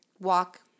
walk